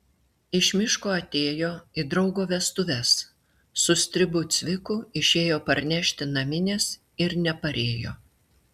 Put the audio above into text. iš miško atėjo į draugo vestuves su stribu cviku išėjo parnešti naminės ir neparėjo